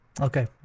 Okay